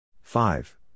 five